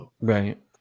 Right